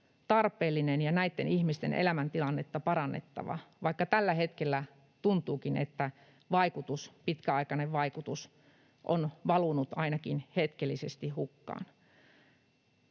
tarpeellinen ja näitten ihmisten elämäntilannetta parantava, vaikka tällä hetkellä tuntuukin, että pitkäaikainen vaikutus on valunut ainakin hetkellisesti hukkaan.